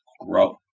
grow